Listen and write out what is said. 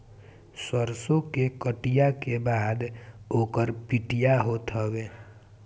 सरसो के कटिया के बाद ओकर पिटिया होत हवे